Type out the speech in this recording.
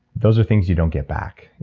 those are things you don't get back.